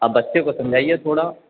आप बच्चे को समझाइए थोड़ा